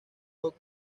hot